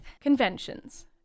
conventions